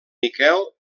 miquel